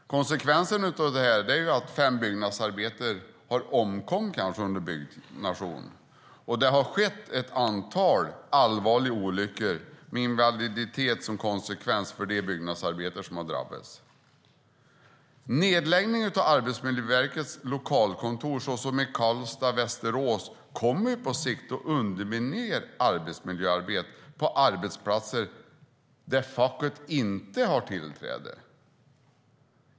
Konsekvensen är att fem byggnadsarbetare har omkommit under byggnationen, och det har skett ett antal allvarliga olyckor med invaliditet som följd för de byggnadsarbetare som har drabbats. Nedläggning av Arbetsmiljöverkets lokalkontor ibland annat Karlstad och Västerås kommer på sikt att underminera kommer på sikt att underminera arbetsmiljöarbetet på arbetsplatser där facket inte har tillträde.